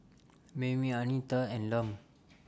Mayme Anita and Lum